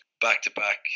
Back-to-back